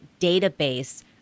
database